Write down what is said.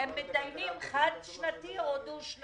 הם מתדיינים האם יהיה תקציב חד-שנתי או דו-שנתי.